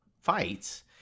fights